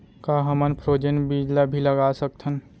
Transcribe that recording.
का हमन फ्रोजेन बीज ला भी लगा सकथन?